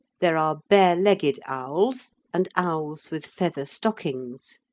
there are bare-legged owls and owls with feather stockings.